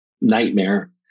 nightmare